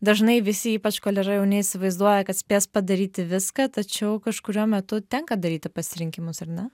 dažnai visi ypač kol yra jauni įsivaizduoja kad spės padaryti viską tačiau kažkuriuo metu tenka daryti pasirinkimus ar ne